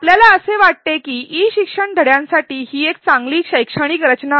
आपल्याला असे वाटते की ई शिक्षण धड्यांसाठी ही एक चांगली शैक्षणिक रचना आहे